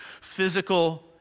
physical